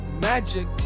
Magic